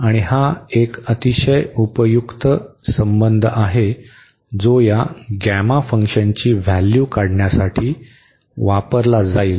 आणि हा एक अतिशय उपयुक्त संबंध आहे जो या गॅमा फंक्शनची व्हॅल्यू काढण्यासाठी वापरला जाईल